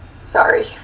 sorry